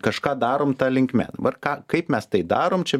kažką darom ta linkme dabar ką kaip mes tai darom čia